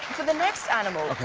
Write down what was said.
for the next animal,